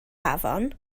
afon